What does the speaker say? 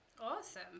Awesome